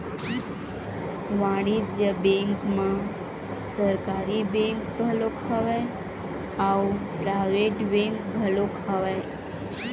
वाणिज्य बेंक म सरकारी बेंक घलोक हवय अउ पराइवेट बेंक घलोक हवय